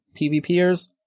PvPers